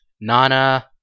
Nana